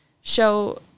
show